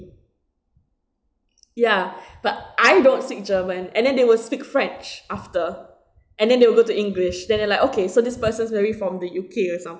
ya but I don't speak german and then they will speak french after and then they'll go to english then they like okay so this person's maybe from the U_K or some~